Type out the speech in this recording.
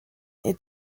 est